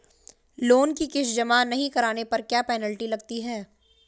Loan की किश्त जमा नहीं कराने पर क्या पेनल्टी लगती है?